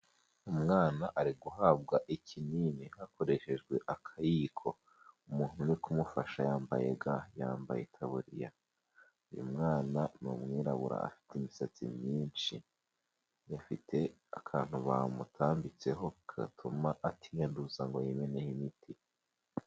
Umwana uri guhabwa ikinini hakoreshejwe akayiko, umuntu uri kumufasha yambaye ga, yambaye itaburiya. Uyu mwana n’umwirabura ufit'imisatsi myinshi, afite akantu bamutambitseho gatuma atiyaduza ngo yimeneho imiti.